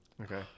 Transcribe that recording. Okay